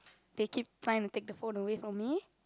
they keep trying to take the phone away from me